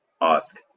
ask